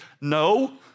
No